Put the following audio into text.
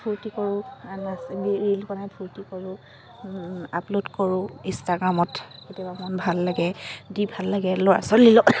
ফূৰ্তি কৰোঁ ৰীল বনাই ফূৰ্তি কৰোঁ আপলোড কৰোঁ ইনষ্টাগ্ৰামত কেতিয়াবা মন ভাল লাগে দি ভাল লাগে ল'ৰা ছোৱালী লগ